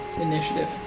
initiative